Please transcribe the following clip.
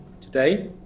today